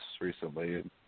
recently